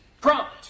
prompt